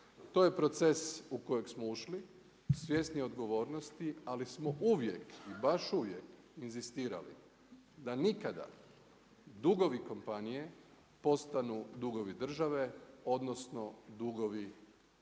To je proces u kojeg smo ušli, svjesni odgovornosti, ali smo uvijek i baš uvijek inzistirali da nikada dugovi kompanije postanu dugovi države, odnosno, dugovi poreznih